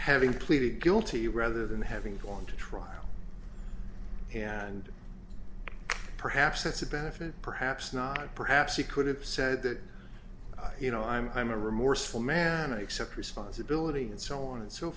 having pleaded guilty rather than having gone to trial and perhaps that's a benefit perhaps not perhaps he could have said that you know i'm i'm a remorseful man i accept responsibility and so on and so